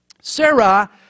Sarah